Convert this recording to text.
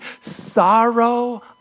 sorrow